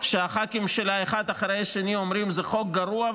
שהח"כים שלה אחד אחרי השני אומרים: זה חוק גרוע,